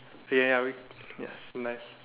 ya ya we yes nice